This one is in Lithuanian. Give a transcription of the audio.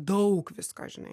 daug visko žinai